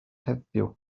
heddiw